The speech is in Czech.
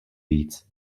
víc